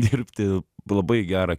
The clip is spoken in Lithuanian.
dirbti labai gerą